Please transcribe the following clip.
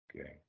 okay